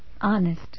honest